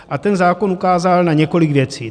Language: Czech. A ten zákon ukázal na několik věcí.